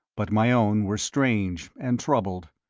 but my own were strange and troubled.